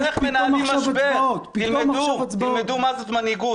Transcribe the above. תלמדו איך מנהלים משבר, תלמדו מה זאת מנהיגות.